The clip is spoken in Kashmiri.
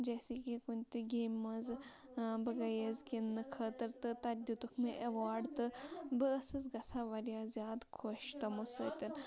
جیسے کہِ کُنہِ تہِ گیٚمہِ منٛز بہٕ گٔیَس گِنٛدنہٕ خٲطرٕ تہٕ تَتہِ دِتُکھ مےٚ اٮ۪واڈ تہٕ بہٕ ٲسٕس گژھان واریاہ زیادٕ خۄش تمو سۭتۍ